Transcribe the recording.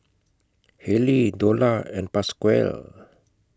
Haley Dola and Pasquale